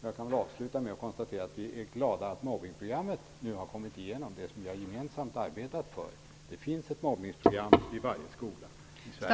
Jag kan avsluta med säga att vi är glada att det mobbningsprogram som vi gemensamt har arbetat för nu har gått igenom. Det finns ett mobbningsprogram i varje skola i Sverige.